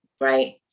right